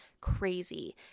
crazy